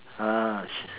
ah